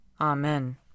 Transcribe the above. Amen